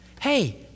hey